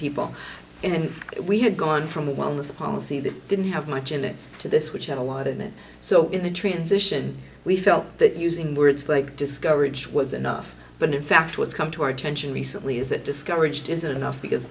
people and we had gone from a wellness policy that didn't have much in it to this which had a lot in it so the transition we felt that using words like discover it was enough but in fact what's come to our attention recently is that discouraged isn't enough because